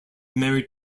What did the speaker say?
married